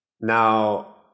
Now